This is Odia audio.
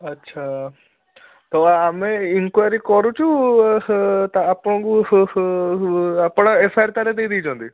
ଆଚ୍ଛା ତ ଆମେ ଇନକ୍ୱାରୀ କରୁଛୁ ତ ଆପଣଙ୍କୁ ଆପଣ ଏଫ ଆଇ ଆର ତା' ହେଲେ ଦେଇ ଦେଇଛନ୍ତି